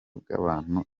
bw’abantu